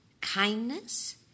kindness